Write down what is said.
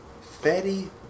Fatty